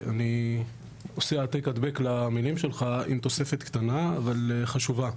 אני עושה העתק-הדבק למילים שלך עם תוספת קטנה אבל חשובה.